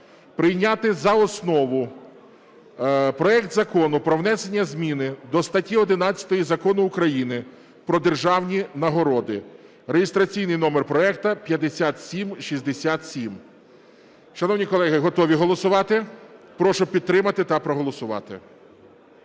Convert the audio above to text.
прийняти за основу проект Закону про внесення зміни до статті 11 Закону України про державні нагороди (реєстраційний номер проекту 5767). Шановні колеги, готові голосувати? Прошу підтримати та проголосувати.